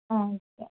ആ ഓക്കേ